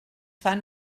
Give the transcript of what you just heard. fan